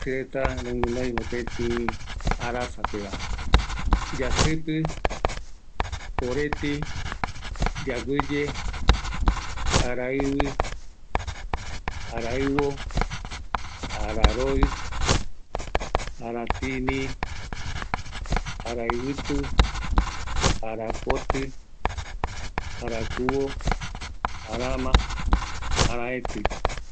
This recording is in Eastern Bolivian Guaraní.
Yasi reta: yasɨpɨ, oreti, yaguiye, araɨvɨ, araɨvo, araroɨ, aratïni, araɨvɨtu, arapotɨ, arakuvo, araama, araëtɨ